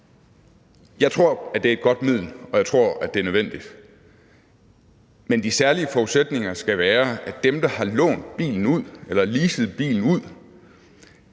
jeg tror, det er et godt middel, og jeg tror, det er nødvendigt. Men de særlige forudsætninger skal være, at dem, der har lånt eller leaset bilen ud,